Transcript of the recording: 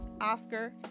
Oscar